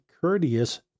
courteous